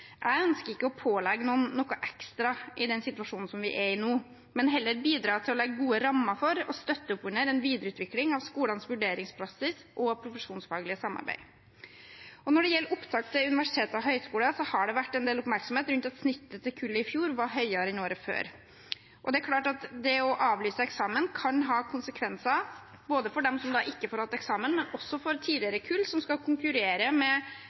Jeg ønsker ikke å pålegge noen noe ekstra i den situasjonen vi er i nå, men heller bidra til å legge gode rammer for og støtte opp under en videreutvikling av skolenes vurderingspraksis og profesjonsfaglige samarbeid. Når det gjelder opptak til universiteter og høyskoler, har det vært en del oppmerksomhet rundt at snittet til kullet i fjor, var høyere enn året før. Det er klart at det å avlyse eksamen kan ha konsekvenser ikke bare for dem som da ikke får hatt eksamen, men også for tidligere kull som skal konkurrere med